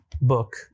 book